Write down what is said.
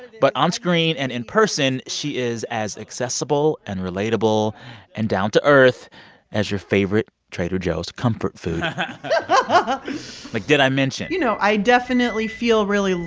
but onscreen and in person, she is as accessible and relatable and down-to-earth as your favorite trader joe's comfort food but like did i mention. you know, i definitely feel really.